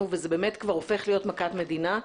וזה באמת כבר הופך להיות מכת מדינה,